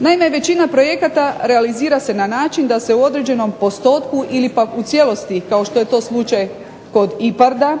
Naime, većina projekata realizira se na način da se u određenom postotku ili pak u cijelosti, kao što je to slučaj kod IPARD-a,